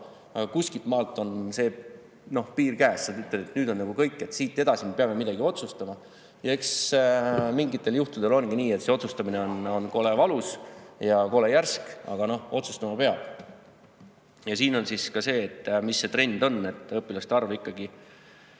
kuskilt maalt on piir käes ja sa ütled, et nüüd on kõik, siit edasi me peame midagi otsustama. Ja eks mingitel juhtudel ongi nii, et see otsustamine on kole valus ja kole järsk, aga otsustama peab. Ja siin on näha, mis see trend on: õpilaste arv ikkagi